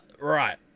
right